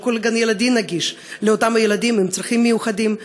לא כל גן-ילדים נגיש לילדים עם צרכים מיוחדים,